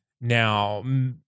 Now